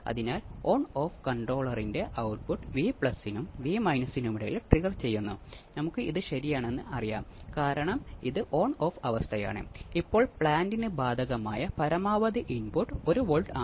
അതിനാൽ ഒരു phase shift ഓസിലേറ്ററിൽ ആർസി സർക്യൂട്ടുകളുടെ മൂന്ന് ആർ വിഭാഗങ്ങൾ കാസ്കേഡിൽ ബന്ധിപ്പിച്ചിരിക്കുന്നു